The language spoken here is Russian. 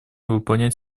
выполнять